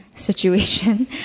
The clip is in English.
situation